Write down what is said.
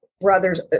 brothers